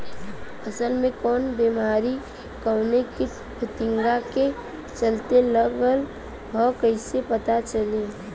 फसल में कवन बेमारी कवने कीट फतिंगा के चलते लगल ह कइसे पता चली?